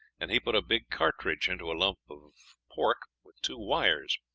and he put a big cartridge into a lump of pork, with two wires,